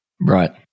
Right